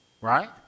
right